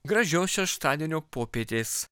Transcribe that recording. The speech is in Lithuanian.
gražios šeštadienio popietės